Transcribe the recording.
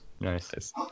Nice